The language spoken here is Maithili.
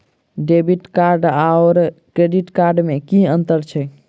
डेबिट कार्ड आओर क्रेडिट कार्ड मे की अन्तर छैक?